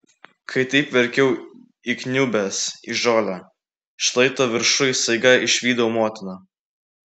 kai taip verkiau įkniubęs į žolę šlaito viršuj staiga išvydau motiną